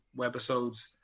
webisodes